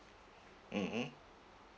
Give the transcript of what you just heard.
mmhmm